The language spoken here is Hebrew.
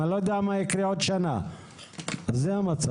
אני לא יודע מה יקרה בעוד שנה, אבל עכשיו זה המצב.